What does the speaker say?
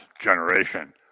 generation